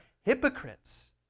hypocrites